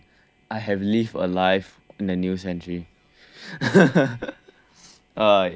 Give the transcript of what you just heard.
I have lived a life in the new century